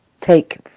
take